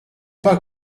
pas